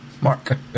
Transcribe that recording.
Mark